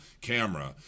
camera